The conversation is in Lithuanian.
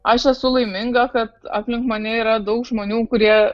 aš esu laiminga kad aplink mane yra daug žmonių kurie